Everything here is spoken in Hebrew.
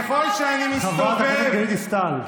חברת הכנסת דיסטל.